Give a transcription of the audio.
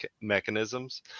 mechanisms